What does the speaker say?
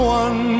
one